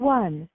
one